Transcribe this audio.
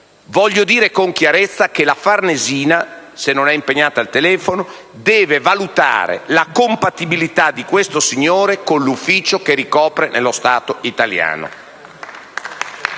Voglio dire con chiarezza (se la ministro Bonino non è impegnata al telefono) che la Farnesina deve valutare la compatibilità di questo signore con l'ufficio che ricopre nello Stato italiano.